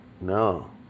No